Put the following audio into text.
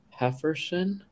Hefferson